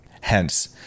Hence